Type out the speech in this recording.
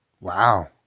Wow